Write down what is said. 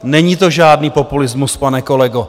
Není to žádný populismus, pane kolego!